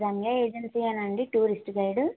రమ్య ఏజెన్సీయేనా అండి tourist guide